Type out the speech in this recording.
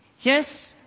Yes